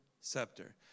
scepter